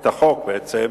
את החוק, בעצם,